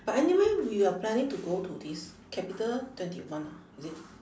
but anyway we were planning to go to this capital twenty one ah is it